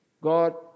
God